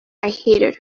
hated